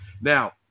Now –